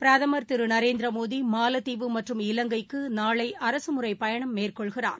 பிரதமர் திருநரேந்திரமோடிமாலத்தீவு மற்றும் இலங்கைக்குநாளைஅரசுமுறைபயணம் மேற்கொள்கிறார்